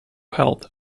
health